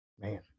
Man